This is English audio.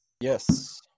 Yes